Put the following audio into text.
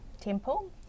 temple